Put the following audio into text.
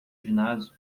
ginásio